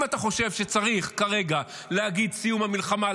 אם אתה חושב שצריך כרגע להגיד סיום המלחמה,